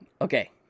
Okay